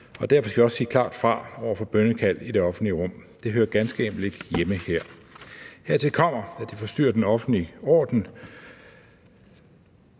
og derfor skal vi også sige klart fra over for bønnekald i det offentlige rum. Det hører ganske enkelt ikke hjemme her. Hertil kommer, at det forstyrrer den offentlige orden.